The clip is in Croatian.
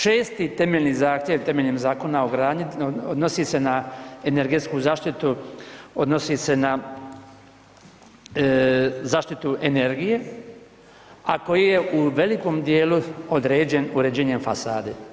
6. temeljni zahtjev temeljem Zakona o gradnji odnosi se na energetsku zaštitu, odnosi se na zaštitu energije, a koji je u velikom dijelu određen uređenjem fasade.